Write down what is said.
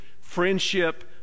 friendship